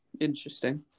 interesting